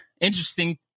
interesting